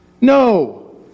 No